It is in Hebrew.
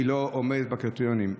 לא עומדת בקריטריונים.